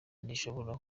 rishobora